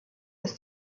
des